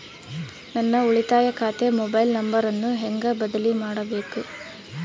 ನನ್ನ ಉಳಿತಾಯ ಖಾತೆ ಮೊಬೈಲ್ ನಂಬರನ್ನು ಹೆಂಗ ಬದಲಿ ಮಾಡಬೇಕು?